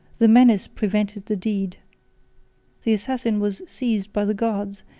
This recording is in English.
the menace prevented the deed the assassin was seized by the guards,